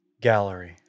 gallery